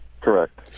correct